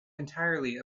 entirely